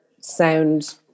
sound